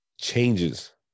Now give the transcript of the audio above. changes